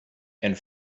and